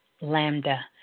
lambda